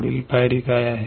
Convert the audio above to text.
पुढील पायरी काय आहे